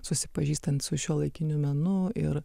susipažįstant su šiuolaikiniu menu ir